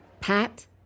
Pat